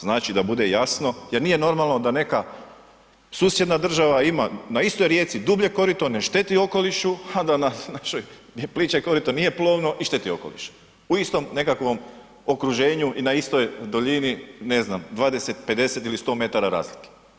Znači, da bude jasno jer nije normalno da neka susjedna država ima na istoj rijeci dublje korito, ne šteti okolišu, a da na našoj gdje je pliće korito nije plovno i šteti okolišu u istom nekakvom okruženju i na istoj duljini ne znam 20, 50 ili 100 m razlike.